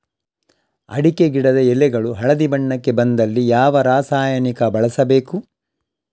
ಅಡಿಕೆ ಗಿಡದ ಎಳೆಗಳು ಹಳದಿ ಬಣ್ಣಕ್ಕೆ ಬಂದಲ್ಲಿ ಯಾವ ರಾಸಾಯನಿಕ ಬಳಸಬೇಕು?